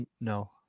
No